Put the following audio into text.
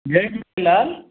Jay Jhulelal